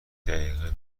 دقیقه